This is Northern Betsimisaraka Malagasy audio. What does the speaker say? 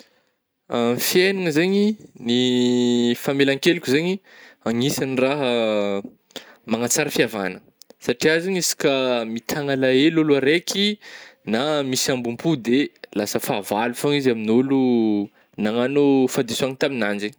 Fiaignana zegny, ny famelan-keloka zegny agnisan'ny raha manatsara fihavagnana satria zany izy ka mitagna alahelo ôlo araiky na misy ambopo de lasa fahavalo fô izy amin'ôlo nagnano fahadisoagna tamin'anjy eh.